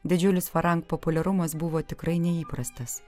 didžiulis farank populiarumas buvo tikrai neįprastas